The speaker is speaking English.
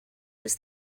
was